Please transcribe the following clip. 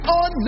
on